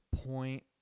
point